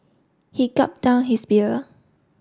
he gulped down his beer